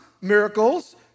miracles